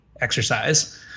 exercise